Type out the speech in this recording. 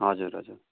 हजुर हजुर